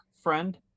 friend